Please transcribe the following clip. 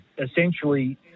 essentially